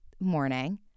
morning